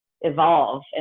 evolve